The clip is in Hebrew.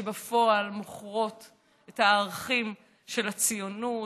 שבפועל מוכרות את הערכים של הציונות,